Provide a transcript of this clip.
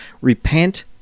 Repent